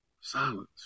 Silence